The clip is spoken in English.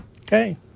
Okay